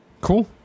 Cool